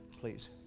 please